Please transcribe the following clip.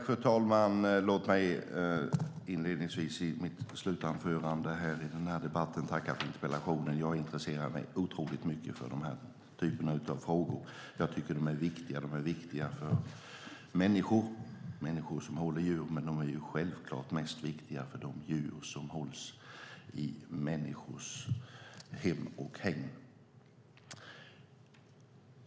Fru talman! Låt mig inledningsvis i mitt slutanförande i denna debatt tacka för interpellationen. Jag intresserar mig otroligt mycket för den här typen av frågor. Jag tycker att de är viktiga. De är viktiga för människor som håller djur, men de är självklart mest viktiga för de djur som hålls i människors hem och hägn.